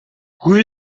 rue